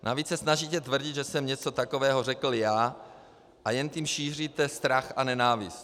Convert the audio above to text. Navíc se snažíte tvrdit, že jsem něco takového řekl já, a jen tím šíříte strach a nenávist.